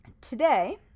today